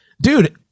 dude